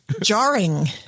jarring